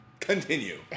Continue